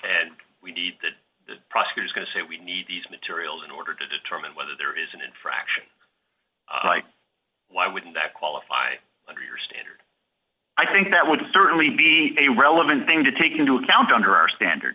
and we need that prosecutors going to say we need these materials in order to determine whether there is an infraction like why wouldn't that qualify under your standard i think that would certainly be a relevant thing to take into account under our standard